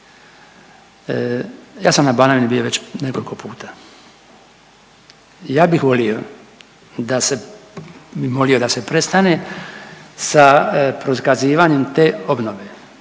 Ja sam na Banovini bio već nekoliko puta. Ja bih volio da se, bi molio da se prestane sa prokazivanjem te obnove.